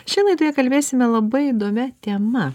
šioj laidoje kalbėsime labai įdomia tema